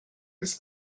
his